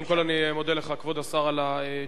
קודם כול אני מודה לך, כבוד השר, על התשובה,